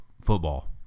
football